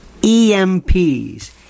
EMPs